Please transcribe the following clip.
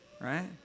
right